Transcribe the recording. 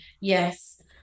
yes